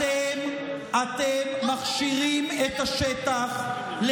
אתם מכשירים את השטח,